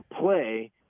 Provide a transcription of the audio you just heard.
play